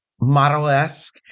model-esque